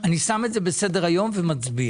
אני שם את זה בסדר היום ומצביע.